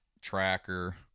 tracker